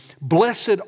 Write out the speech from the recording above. Blessed